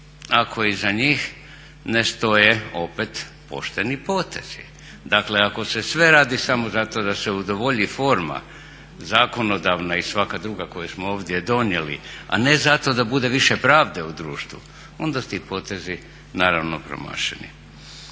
ako iza njih ne stoje opet pošteni potezi. Dakle ako se sve radi samo zato da se udovolji forma zakonodavna i svaka druga koju smo ovdje donijeli a ne zato da bude više pravde u društvu onda su ti potezi naravno promašeni.